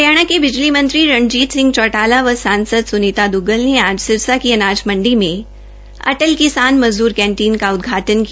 हरियाणा के बिजली मंत्री रंजीत सिंह चौटाला व सांसद सुनीता दुग्गल ने अजा सिरसा की अनाज मंडी में अटल किसान मज़द्र कैंटीन का उदघाटन् किया